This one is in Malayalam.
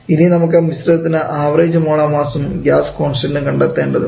ഇനി നമുക്ക് മിശ്രിതത്തിന് ആവറേജ് മോളാർ മാസും ഗ്യാസ് കോൺസ്റ്റൻഡും കണ്ടെത്തേണ്ടതുണ്ട്